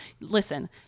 Listen